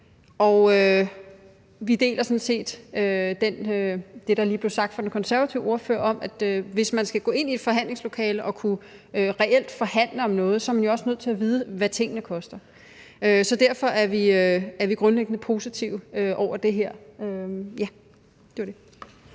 vi deler sådan set det, der lige blev sagt af den konservative ordfører, nemlig at hvis man skal gå ind i et forhandlingslokale og reelt forhandle om noget, bliver man også nødt til at vide, hvad tingene koster. Derfor er vi grundlæggende positive over for